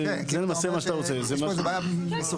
כן, זו רק בעיה ניסוחית.